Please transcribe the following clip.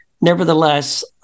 nevertheless